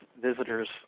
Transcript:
visitors